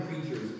creatures